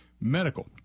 Medical